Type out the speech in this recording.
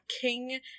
king